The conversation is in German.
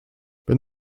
wenn